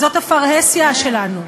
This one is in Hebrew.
זאת הפרהסיה שלנו.